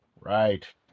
right